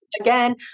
again